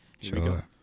sure